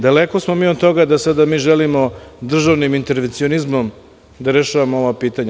Daleko smo mi od toga da sada mi želimo državnim intervencionizmom da rešavamo ova pitanja.